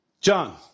John